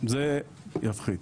זה יפחית.